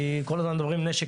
כי כל הזמן מדברים על זה.